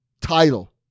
Title